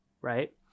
Right